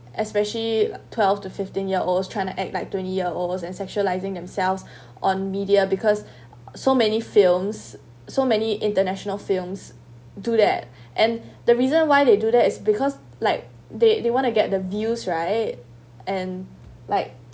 especially twelve to fifteen year olds trying to act like twenty year olds and sexualising themselves on media because so many films so many international films do that and the reason why they do that is because like they they want to get the views right and like